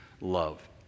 Love